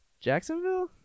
Jacksonville